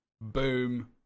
boom